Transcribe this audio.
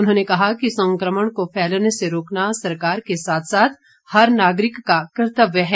उन्होंने कहा कि संक्रमण को फैलने से रोकना सरकार के साथ साथ हर नागरिक का कर्तव्य है